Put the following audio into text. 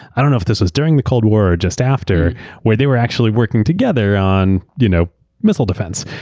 i don't know if this was during the cold war or just after where they were actually working together on you know missile defense,